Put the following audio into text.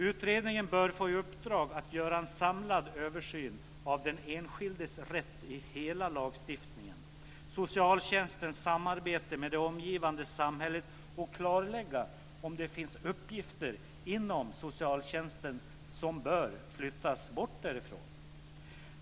Utredningen bör få i uppdrag att göra en samlad översyn av den enskildes rätt i hela lagstiftningen, socialtjänstens samarbete med det omgivande samhället och klarlägga om det finns uppgifter inom socialtjänsten som bör flyttas bort därifrån.